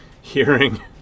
Hearing